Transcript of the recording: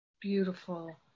Beautiful